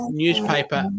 newspaper